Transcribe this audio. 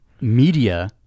media